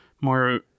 more